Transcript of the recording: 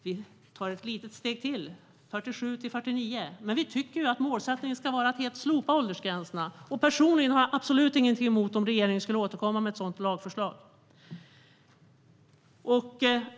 Vi tar ett litet steg till, från 47 till 49. Vi tycker att målet ska vara att helt slopa åldersgränserna. Personligen har jag absolut ingenting emot om regeringen återkommer med ett sådant lagförslag.